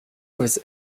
was